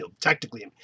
technically